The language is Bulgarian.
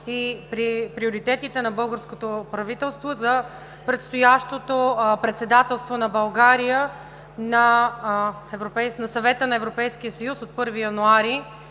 и приоритетите на българското правителство за предстоящото Председателство на България на Съвета на Европейския съюз от 1 януари